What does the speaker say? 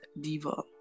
Diva